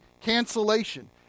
cancellation